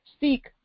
Seek